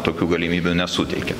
tokių galimybių nesuteikia